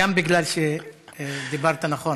גם כי דיברת נכון.